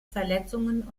verletzungen